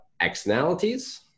externalities